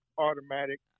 automatic